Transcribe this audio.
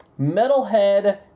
Metalhead